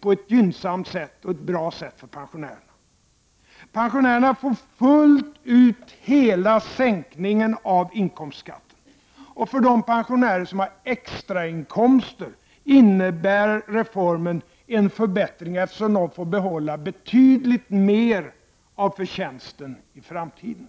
på ett gynnsamt och bra sätt för dem. Pensionärerna får hela sänkningen av inkomstskatten fullt ut. För de pensionärer som har extrainkomster innebär reformen en förbättring, eftersom de får behålla betydligt mer av förtjänsten i framtiden.